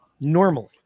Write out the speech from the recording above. Normally